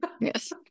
Yes